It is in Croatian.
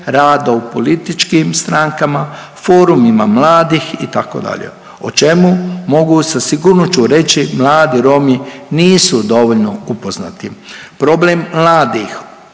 rada u političkim strankama, forumima mladih, itd., o čemu mogu sa sigurnošću reći, mladi Romi nisu dovoljno upoznati. Problem, mladih